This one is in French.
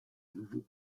nouveau